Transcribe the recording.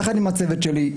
יחד עם הצוות שלי,